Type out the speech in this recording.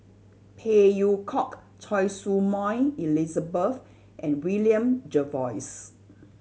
Phey Yew Kok Choy Su Moi Elizabeth and William Jervois